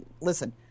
listen